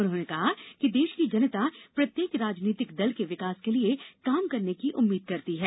उन्होंने कहा कि देश की जनता प्रत्येक राजनीतिक दल से विकास के लिए काम करने की उम्मीद करती है